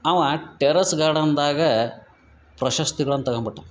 ಆವ ಟೆರ್ರಸ್ ಗಾರ್ಡನ್ದಾಗಾ ಪ್ರಶಸ್ತಿಗಳನ್ನ ತಗಂಬಿಟ್ಟಾ